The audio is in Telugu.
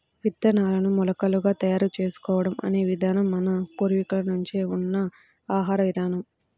విత్తనాలను మొలకలుగా తయారు చేసుకోవడం అనే విధానం మన పూర్వీకుల నుంచే ఉన్న ఆహార విధానం